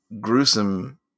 gruesome